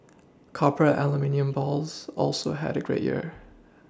copper and aluminium bulls also had a great year